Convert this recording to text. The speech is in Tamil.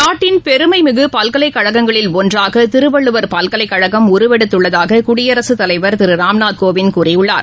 நாட்டின் பெருமைமிகுபல்கலைக்கழகங்களில் ஒன்றாகதிருவள்ளுவர் பல்கலைக்கழகம் உருவெடுத்துள்ளதாககுடியரசுத் தலைவர் திருராம்நாத் கோவிந்த் கூறியுள்ளார்